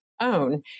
own